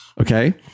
Okay